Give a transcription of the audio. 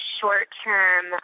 short-term